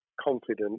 confident